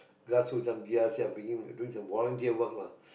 glass food some d_l_c making doing some volunteer work lah